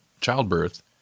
childbirth